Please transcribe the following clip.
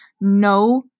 no